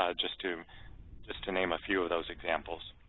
ah just to just to name a few of those examples.